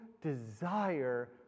desire